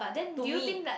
to to me